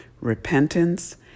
repentance